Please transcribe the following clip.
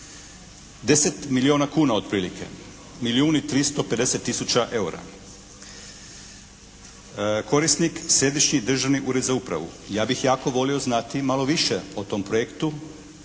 10 milijuna kuna otprilike. Milijun i 350 tisuća EUR-a. Korisnik Središnji državni ured za upravu. Ja bih jako volio znati malo više o tom projektu.